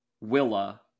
Willa